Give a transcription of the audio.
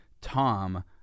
Tom